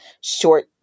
short